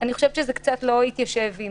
לכן אני חושבת שזה לא מתיישב עם